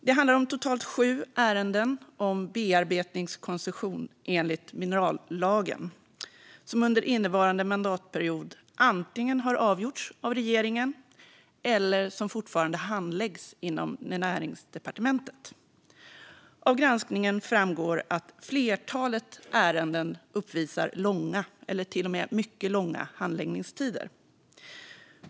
Det handlar om totalt sju ärenden om bearbetningskoncession enligt minerallagen som under innevarande mandatperiod antingen har avgjorts av regeringen eller fortfarande handläggs inom Näringsdepartementet. Av granskningen framgår att flertalet ärenden uppvisar långa eller till och med mycket långa handläggningstider.